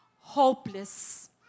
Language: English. hopeless